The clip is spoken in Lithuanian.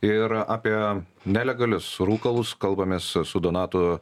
ir apie nelegalius rūkalus kalbamės su donatu